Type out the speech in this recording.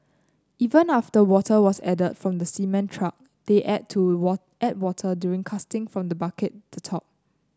even after water was added from the cement truck they add to what add water during casting when the bucket the top